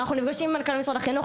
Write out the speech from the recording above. אנחנו נפגשים עם מנכ"ל משרד החינוך,